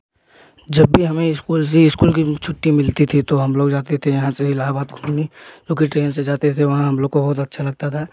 जब भी हमें इस्कूल से इस्कूल की छुट्टी मिलती थी तो हम लोग जाते थे यहाँ से इलाहाबाद घूमने लोकल ट्रेन से जाते थे वहाँ हम लोग को बहुत अच्छा लगता था